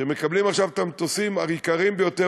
שמקבלים עכשיו את המטוסים היקרים ביותר